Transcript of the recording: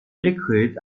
liquid